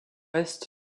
est